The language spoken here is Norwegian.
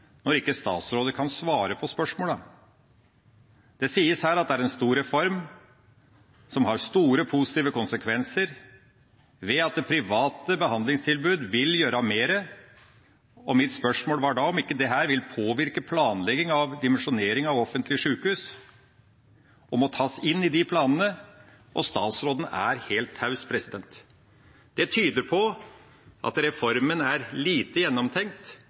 når ikke statsråder kan svare på spørsmålene. Det sies her at dette er en stor reform som har store positive konsekvenser ved at det private behandlingstilbud vil gjøre mer. Mitt spørsmål var da om ikke dette vil påvirke planlegging av dimensjonering av offentlige sykehus, og må tas inn i de planene, og statsråden er helt taus. Det tyder på at reformen er lite gjennomtenkt